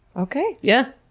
okay. yeah.